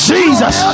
Jesus